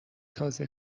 تازه